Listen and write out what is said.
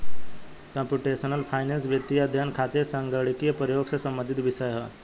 computational finance वित्तीय अध्ययन खातिर संगणकीय प्रयोग से संबंधित विषय ह